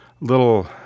little